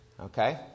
Okay